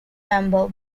member